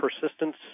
persistence